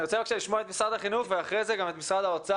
אני רוצה בבקשה לשמוע את משרד החינוך ואחרי זה גם את משרד האוצר.